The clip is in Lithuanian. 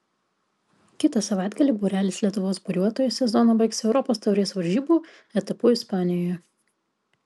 kitą savaitgalį būrelis lietuvos buriuotojų sezoną baigs europos taurės varžybų etapu ispanijoje